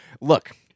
look